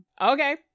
Okay